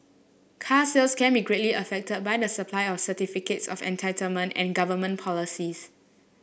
car sales can be greatly affected by the supply of certificates of entitlement and government policies